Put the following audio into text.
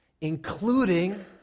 including